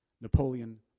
Napoleon